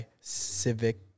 Civic